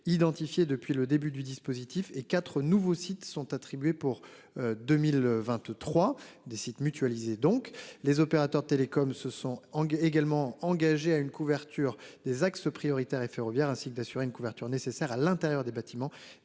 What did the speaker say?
identifiés depuis le début du dispositif et 4 nouveaux sites sont attribués pour. 2023 des sites mutualiser donc les opérateurs de télécoms se sont en également engagé à une couverture des axes prioritaires et ferroviaire ainsi que d'assurer une couverture nécessaire à l'intérieur des bâtiments,